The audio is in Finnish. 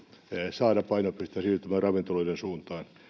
saada painopiste siirtymään ravintoloiden suuntaan